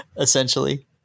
Essentially